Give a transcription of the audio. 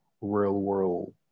real-world